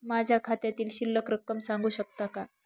माझ्या खात्यातील शिल्लक रक्कम सांगू शकता का?